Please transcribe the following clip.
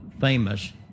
famous